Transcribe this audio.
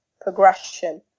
progression